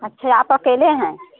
अच्छा आप अकेले हैं